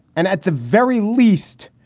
and at the very least,